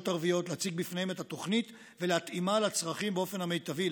ערביות להציג לפניהם את התוכנית ולהתאימה לצרכים באופן המיטבי.